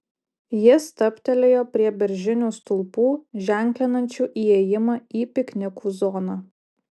jie stabtelėjo prie beržinių stulpų ženklinančių įėjimą į piknikų zoną